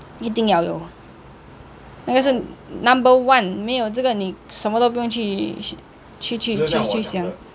一定要有那个是 number one 没有这个你什么都不用去去去去想